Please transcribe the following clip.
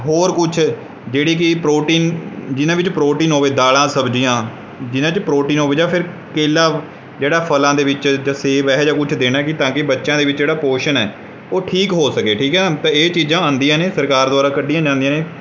ਹੋਰ ਕੁਛ ਜਿਹੜੀ ਕਿ ਪ੍ਰੋਟੀਨ ਜਿਹਨਾਂ ਵਿੱਚ ਪ੍ਰੋਟੀਨ ਹੋਵੇ ਦਾਲਾਂ ਸਬਜ਼ੀਆਂ ਜਿਹਨਾਂ 'ਚ ਪ੍ਰੋਟੀਨ ਹੋਵੇ ਜਾਂ ਫਿਰ ਕੇਲਾ ਜਿਹੜਾ ਫਲਾਂ ਦੇ ਵਿੱਚ ਜਾਂ ਸੇਬ ਇਹੋ ਜਿਹਾ ਕੁਛ ਦੇਣਾ ਕਿ ਤਾਂ ਕਿ ਬੱਚਿਆਂ ਦੇ ਵਿੱਚ ਜਿਹੜਾ ਪੋਸ਼ਣ ਹੈ ਉਹ ਠੀਕ ਹੋ ਸਕੇ ਠੀਕ ਆ ਤਾਂ ਇਹ ਚੀਜ਼ਾਂ ਆਉਂਦੀਆਂ ਨੇ ਸਰਕਾਰ ਦੁਆਰਾ ਕੱਢੀਆਂ ਜਾਂਦੀਆਂ ਨੇ